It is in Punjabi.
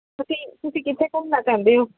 ਤੁਸੀਂ ਤੁਸੀਂ ਕਿੱਥੇ ਘੁੰਮਣਾ ਚਾਹੁੰਦੇ ਹੋ